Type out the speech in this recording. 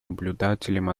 наблюдателем